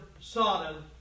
Sodom